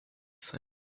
same